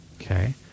Okay